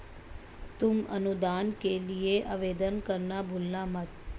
तुम अनुदान के लिए आवेदन करना भूलना मत